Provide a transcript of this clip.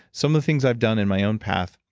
some of the things i've done in my own path,